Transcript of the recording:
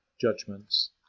judgments